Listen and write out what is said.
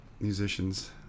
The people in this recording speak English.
musicians